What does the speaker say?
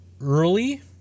early